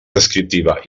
descriptiva